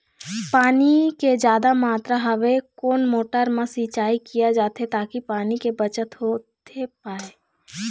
पानी के जादा मात्रा हवे कोन मोटर मा सिचाई किया जाथे ताकि पानी के बचत होथे पाए?